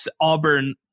Auburn